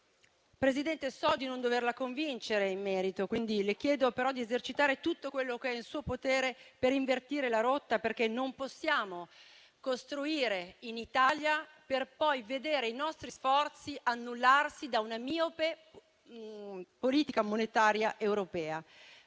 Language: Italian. Presidente Meloni, so di non doverla convincere in merito. Le chiedo, però, di esercitare tutto quanto in suo potere per invertire la rotta, perché non possiamo costruire in Italia, per poi vedere i nostri sforzi annullati da una miope politica monetaria europea.